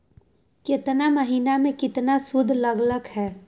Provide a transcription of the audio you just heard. केतना महीना में कितना शुध लग लक ह?